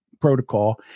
protocol